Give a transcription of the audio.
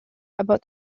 about